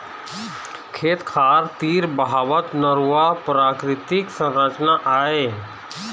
खेत खार तीर बहावत नरूवा प्राकृतिक संरचना आय